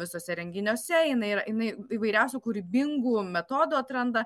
visuose renginiuose jinai yra jinai įvairiausių kūrybingų metodų atranda